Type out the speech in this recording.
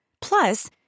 Plus